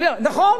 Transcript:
נכון.